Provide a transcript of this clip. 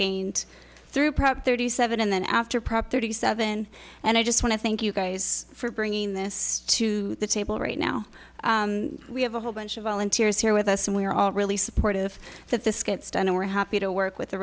gained through prop thirty seven and then after prop thirty seven and i just want to thank you guys for bringing this to the table right now we have a whole bunch of volunteers here with us and we're all really supportive that this gets done and we're happy to work with